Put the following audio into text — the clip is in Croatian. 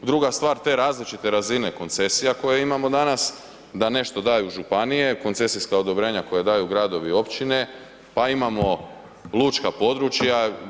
Druga stvar te različite razine koncesija koje imamo danas da nešto daju županije, koncesijska odobrenja koja daju gradovi i općine, pa imamo lučka područja.